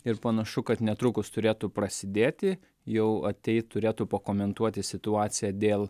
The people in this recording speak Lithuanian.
ir panašu kad netrukus turėtų prasidėti jau ateit turėtų pakomentuoti situaciją dėl